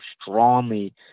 strongly